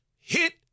hit